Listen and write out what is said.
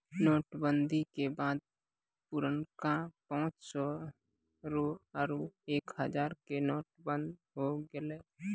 note बंदी के बाद पुरनका पांच सौ रो आरु एक हजारो के नोट बंद होय गेलै